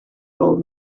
old